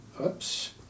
Oops